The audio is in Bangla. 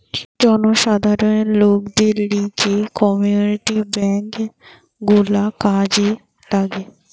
জনসাধারণ লোকদের লিগে কমিউনিটি বেঙ্ক গুলা কাজে লাগে